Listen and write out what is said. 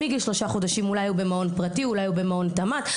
מגיל שלושה חודשים הוא במעון פרטי או במעון תמ״ת,